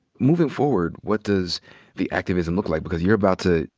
moving forward, what does the activism look like? because you're about to,